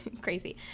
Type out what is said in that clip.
crazy